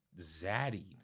zaddy